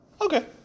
Okay